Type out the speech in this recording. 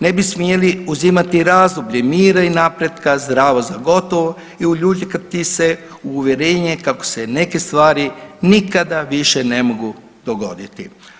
Ne bi smjeli uzimati razdoblje mira i napretka zdravo za gotovo i uljuljkati se u uvjerenje kako se neke stvari nikada više ne mogu dogoditi.